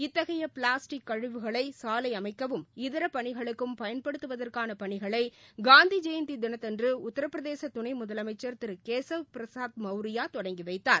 இத்தகைய பிளாஸ்டிக் கழிவுகளை சாலை அமைக்கவும் இதர பணிகளுக்கும் பயன்படுத்துவதற்கான பணிகளை காந்தி ஜெயந்தி தினத்தன்று உத்திரபிரகேத துணை முதலமைச்ச் திரு கேசவ் பிரசாத் மௌரியா தொடங்கி வைத்தார்